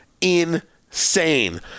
insane